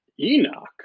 Enoch